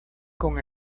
con